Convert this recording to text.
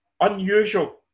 unusual